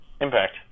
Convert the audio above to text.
Impact